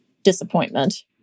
disappointment